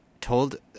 told